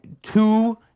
Two